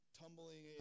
tumbling